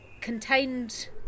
contained